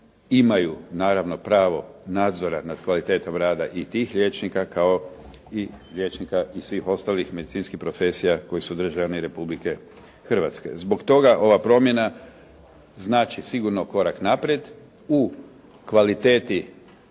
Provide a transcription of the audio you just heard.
imaju naravno pravo nadzora nad kvalitetom rada i tih liječnika kao i liječnika i svih ostalih medicinskih profesija koji su državljani Republike Hrvatske. Zbog toga ova promjena znači sigurno korak naprijed u kvaliteti